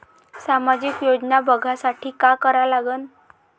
सामाजिक योजना बघासाठी का करा लागन?